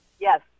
yes